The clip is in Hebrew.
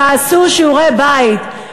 תעשו שיעורי בית.